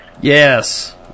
Yes